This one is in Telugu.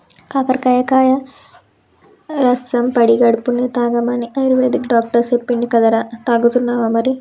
కాకరకాయ కాయ రసం పడిగడుపున్నె తాగమని ఆయుర్వేదిక్ డాక్టర్ చెప్పిండు కదరా, తాగుతున్నావా మరి